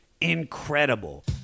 incredible